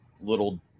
little